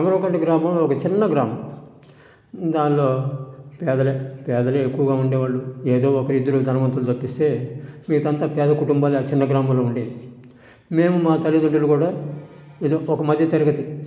అమరికండ్రి గ్రామం ఒక చిన్న గ్రామం దానిలో పేదలు పేదలు ఎక్కువగా ఉండేవాళ్ళు ఏదో ఒకరు ఇద్దరు ధనవంతులు తప్పిస్తే మిగతా అంతా పేద కుటుంబాలే ఆ చిన్న గ్రామంలో ఉండేది మేము మా తల్లిదండ్రులు కూడా ఏదో ఒక మధ్యతరగతి